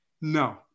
No